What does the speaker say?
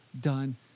done